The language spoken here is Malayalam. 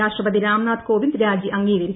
രാഷ്ട്രപതി രാംനാഥ് കോവിന്ദ് രാജി അംഗീകരിച്ചു